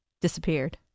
disappeared